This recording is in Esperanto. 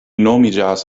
nomiĝas